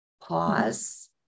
pause